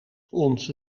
ons